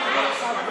מי עוד?